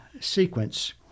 sequence